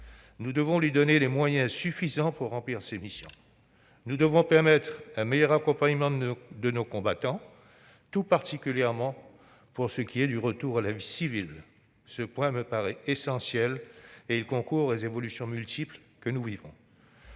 Nous devons lui donner des moyens suffisants pour remplir ses missions, et permettre un meilleur accompagnement de nos combattants, tout particulièrement pour ce qui est du retour à la vie civile. Ce point me paraît essentiel et il concourt aux évolutions multiples que nous vivons.